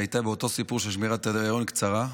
היא הייתה באותו סיפור של שמירת היריון קצרה.